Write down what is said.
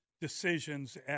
decisions